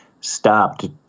stopped